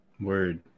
Word